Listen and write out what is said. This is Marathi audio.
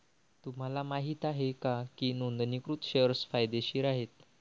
तुम्हाला माहित आहे का की नोंदणीकृत शेअर्स फायदेशीर आहेत?